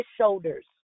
shoulders